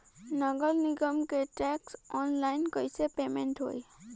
नगर निगम के टैक्स ऑनलाइन कईसे पेमेंट होई?